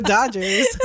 Dodgers